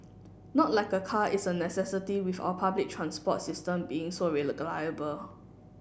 not like a car is a necessity with our public transport system being so